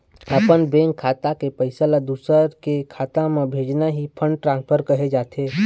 अपन बेंक खाता के पइसा ल दूसर के खाता म भेजना ही फंड ट्रांसफर कहे जाथे